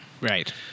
Right